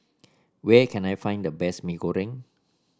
where can I find the best Mee Goreng